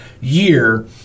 year